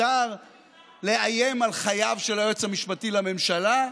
מותר לאיים על חייו של היועץ המשפטי לממשלה,